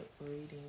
reading